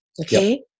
Okay